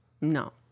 No